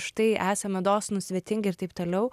štai esame dosnūs svetingi ir taip toliau